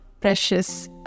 precious